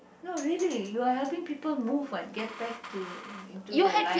no really you're helping people move what get back to into their life